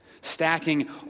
stacking